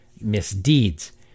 misdeeds